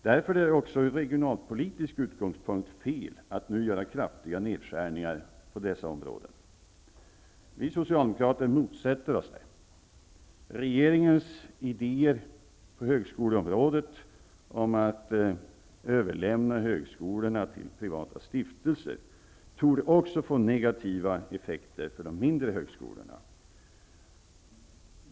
Därför är det också från regionalpolitisk utgångspunkt felaktigt att nu göra kraftiga nedskärningar på dessa områden. Vi socialdemokrater motsätter oss detta. Regeringens idéer om att överlämna högskolorna till privata stiftelser torde också få negativa effekter för de mindre högskolorna.